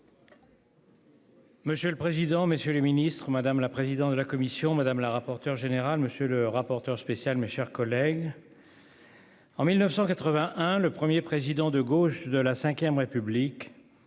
Monsieur le président, Monsieur le Ministre, madame la présidente de la commission, madame la rapporteur général monsieur le rapporteur spécial, mes chers collègues. En 1981 le premier président de gauche de la Ve République.